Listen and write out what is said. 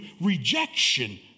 rejection